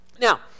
Now